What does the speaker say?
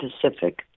Pacific